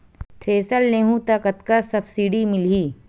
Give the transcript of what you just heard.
Thresher लेहूं त कतका सब्सिडी मिलही?